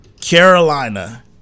Carolina